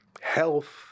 health